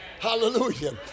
Hallelujah